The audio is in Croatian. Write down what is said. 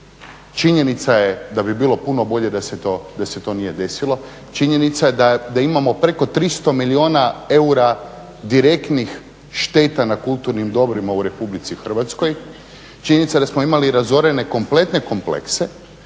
Činjenica je da bi bilo puno bolje da se to nije desilo. Činjenica je da imamo preko 300 milijuna eura direktnih šteta na kulturnim dobrima u Republici Hrvatskoj. Činjenica je da smo imali razorene kompletne komplekse.